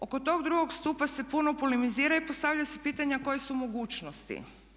Oko tog drugog stupa se puno polemizira i postavlja se pitanja koje su mogućnosti?